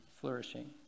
flourishing